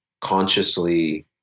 consciously